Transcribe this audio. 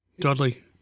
Dudley